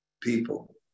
People